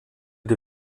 die